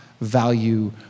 value